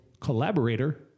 collaborator